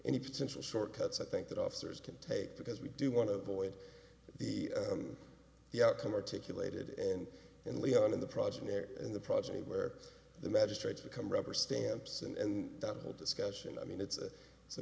any potential short cuts i think that officers can take because we do want to avoid the the outcome articulated and in leon in the project there in the projects where the magistrates become rubber stamps and that whole discussion i mean it's a it's a